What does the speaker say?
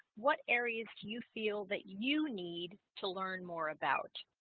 what areas do you feel that you need to learn more about